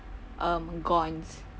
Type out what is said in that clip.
um gone